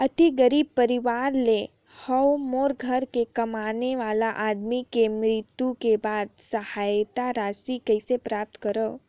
अति गरीब परवार ले हवं मोर घर के कमाने वाला आदमी के मृत्यु के बाद सहायता राशि कइसे प्राप्त करव?